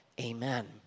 Amen